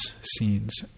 scenes